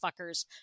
fuckers